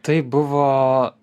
tai buvo